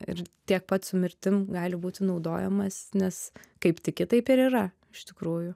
ir tiek pat su mirtim gali būti naudojamas nes kaip tiki taip ir yra iš tikrųjų